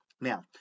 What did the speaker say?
Now